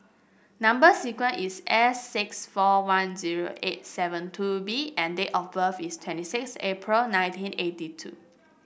number sequence is S six four one zero eight seven two B and date of birth is twenty six April nineteen eighty two